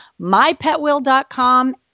MyPetWill.com